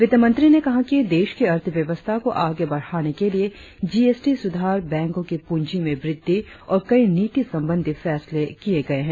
वित्तमंत्री ने कहा कि देश की अर्थव्यवस्था को आगे बढ़ाने के लिए जी एस टी सुधार बैंकों की पूजी मे वृद्धि और कई नीति संबंधी फैसले किये गये हैं